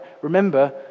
Remember